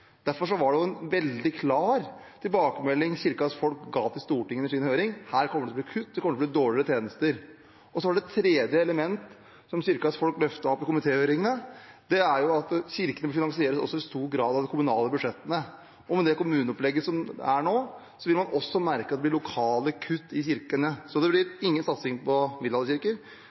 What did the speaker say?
var det en veldig klar tilbakemelding Kirkens folk ga til Stortinget under sin høring: Her kommer det til å bli kutt, det kommer til å bli dårligere tjenester. Så var det et tredje element som Kirkens folk løftet opp i komitéhøringen, og det er at Kirken også i stor grad finansieres over de kommunale budsjettene, og med det kommuneopplegget som er nå, vil man også merke at det blir lokale kutt til kirkene. Så det blir ingen satsing på